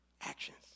actions